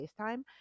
FaceTime